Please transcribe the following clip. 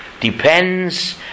Depends